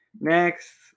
Next